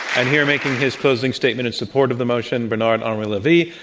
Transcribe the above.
and here making his closing statement in support of the motion, bernard-henri levy,